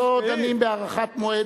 עכשיו אנחנו לא דנים בהארכת מועד.